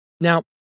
Now